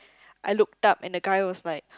I looked up and the guy was like